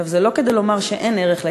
עכשיו, זה לא כדי לומר שאין ערך להתיישבות,